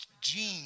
gene